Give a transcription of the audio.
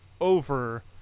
over